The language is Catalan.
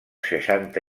seixanta